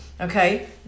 okay